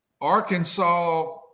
Arkansas